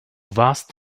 warst